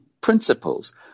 principles